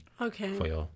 Okay